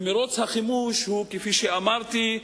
ומירוץ החימוש, כפי שאמרתי,